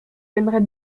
j’aimerais